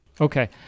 Okay